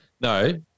No